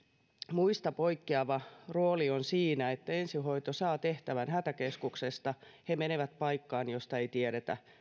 muista poikkeava rooli on siinä että ensihoito saa tehtävän hätäkeskuksesta he menevät paikkaan jonka olosuhteista ei tiedetä